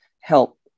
help